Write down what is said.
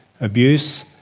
abuse